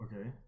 Okay